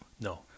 No